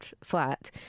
flat